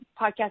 podcast